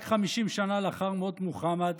רק 50 שנה לאחר מות מוחמד,